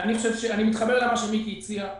אני מתחבר למה שמיקי הציע.